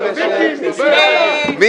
אני